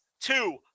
two